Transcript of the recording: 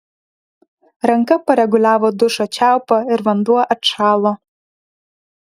ranka pareguliavo dušo čiaupą ir vanduo atšalo